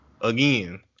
Again